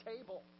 table